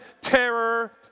terror